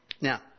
Now